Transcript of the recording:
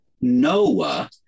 Noah